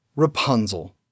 Rapunzel